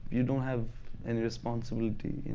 you don't have any responsibility.